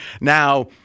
Now